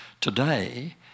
Today